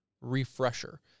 refresher